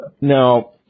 Now